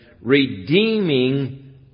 redeeming